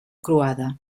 croada